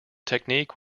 technique